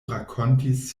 rakontis